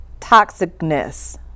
toxicness